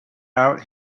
out